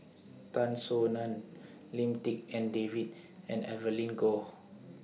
Tan Soo NAN Lim Tik En David and Evelyn Goh